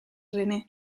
rené